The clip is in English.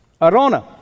Arona